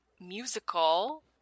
musical